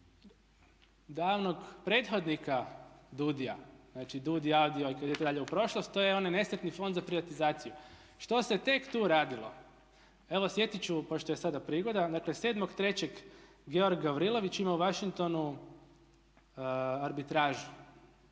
da onog prethodnika DUUDI-a, znači DUUDI, AUDIO i kad idete dalje u prošlost to je onaj nesretni Fond za privatizaciju. Što se tek tu radilo? Evo sjetit ću, pošto je sada prigoda. Dakle, 7.3. Georg Gavrilović ima u Washinghtonu arbitražu,